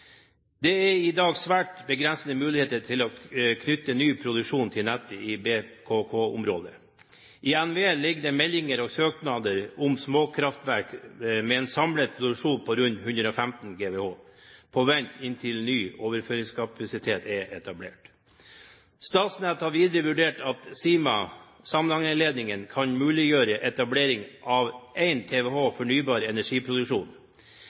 Det er i dag svært begrensede muligheter til å knytte ny produksjon til nettet i BKK-området. I NVE ligger det meldinger og søknader om småkraftverk med en samlet produksjon på rundt 115 GWh på vent inntil ny overføringskapasitet er etablert. Statnett har videre vurdert at Sima–Samnanger-ledningen kan muliggjøre etablering av 1 TWh fornybar energiproduksjon. Ved en